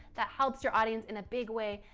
that helps your audience in a big way,